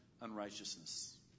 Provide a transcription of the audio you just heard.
unrighteousness